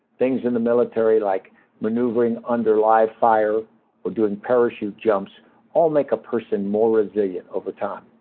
things in the military like maneuvering under live fire or doing parachute jumps all make a person more resilient over time.